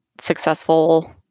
successful